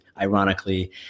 ironically